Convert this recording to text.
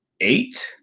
eight